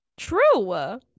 true